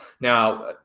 now